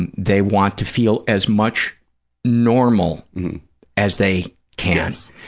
and they want to feel as much normal as they can.